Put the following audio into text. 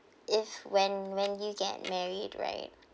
if when when you get married right